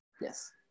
yes